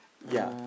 ya